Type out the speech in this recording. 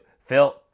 Phil